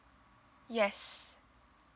yes